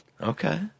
Okay